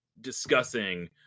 discussing